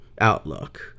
outlook